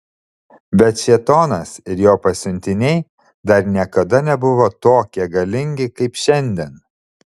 bet šėtonas ir jo pasiuntiniai dar niekada nebuvo tokie galingi kaip šiandien